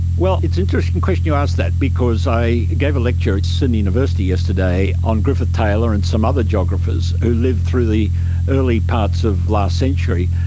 well, it's interesting you ask that because i gave a lecture at sydney university yesterday on griffith taylor and some other geographers who lived through the early parts of last century,